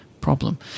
problem